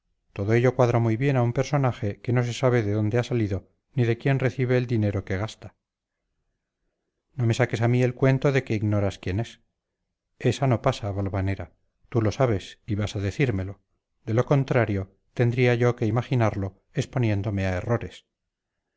todo ello cuadra muy bien a un personaje que no se sabe de dónde ha salido ni de quién recibe el dinero que gasta no me saques a mí el cuento de que ignoras quién es esa no pasa valvanera tú lo sabes y vas a decírmelo de lo contrario tendría yo que imaginarlo exponiéndome a errores